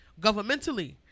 governmentally